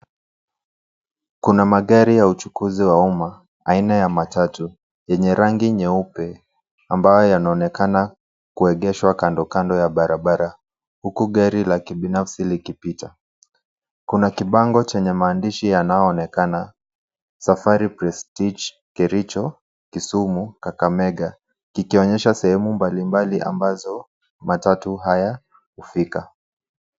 Kuna magari ya uchukuzi wa umma aina ya matatu yenye rangi nyeupe ambayo yanaonekana kuegeshwa kando kando ya barabara huku gari la kibinafsi likipita. Kuna kibango chenye maandishi yanaoonekana Safari Prestige, Kericho, Kisumu, Kakamega kikionyesha sehemu mbalimbali ambazo matatu haya hufika.